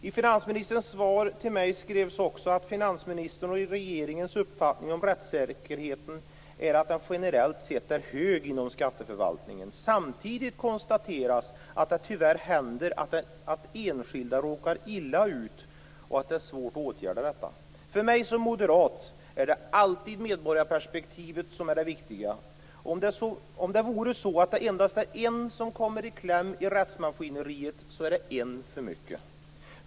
I finansministerns svar till mig skrevs också att finansministerns och regeringens uppfattning om rättssäkerheten är att den generellt sett är hög inom skatteförvaltningen. Samtidigt konstateras att det tyvärr händer att enskilda råkar illa ut och att det är svårt att åtgärda detta. För mig som moderat är det alltid medborgarperspektivet som är det viktiga. Om det vore så att det endast är en som kommer i kläm i rättsmaskineriet, så är det en för mycket.